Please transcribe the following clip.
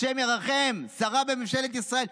השם ירחם, שרה בממשלת ישראל.